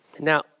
Now